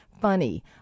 funny